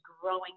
growing